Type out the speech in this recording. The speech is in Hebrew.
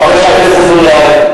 חבר הכנסת אזולאי,